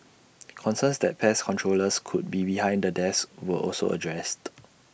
concerns that pest controllers could be behind the deaths were also addressed